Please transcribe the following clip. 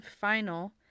final